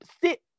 sit